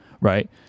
right